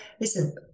listen